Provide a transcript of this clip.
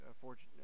fortune